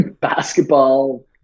basketball